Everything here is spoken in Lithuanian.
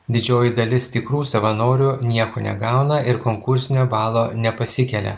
didžioji dalis tikrų savanorių nieko negauna ir konkursinio balo nepasikelia